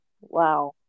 Wow